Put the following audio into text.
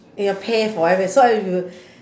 you will pay for every so if you